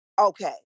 okay